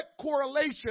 correlation